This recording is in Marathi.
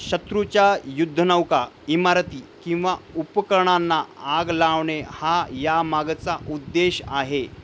शत्रूच्या युद्धनौका इमारती किंवा उपकरणांना आग लावणे हा या मागचा उद्देश आहे